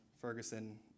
Ferguson